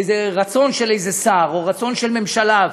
איזה רצון של איזה שר או רצון של ממשלה,